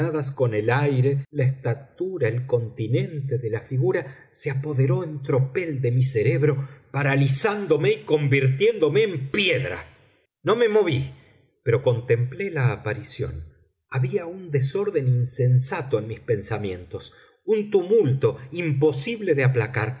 con el aire la estatura el continente de la figura se apoderó en tropel de mi cerebro paralizandome y convirtiéndome en piedra no me moví pero contemplé la aparición había un desorden insensato en mis pensamientos un tumulto imposible de aplacar